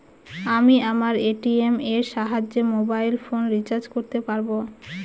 আমি আমার এ.টি.এম এর সাহায্যে মোবাইল ফোন রিচার্জ করতে পারব?